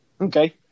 Okay